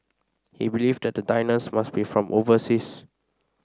he believed that the diners must be from overseas